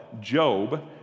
Job